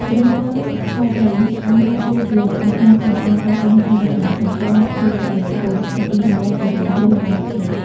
ក្រុមហ៊ុន Huawei បានដើរតួជាឆ្អឹងខ្នងក្នុងការកសាងហេដ្ឋារចនាសម្ព័ន្ធទូរគមនាគមន៍ និងអ៊ីនធឺណិតល្បឿនលឿននៅកម្ពុជា។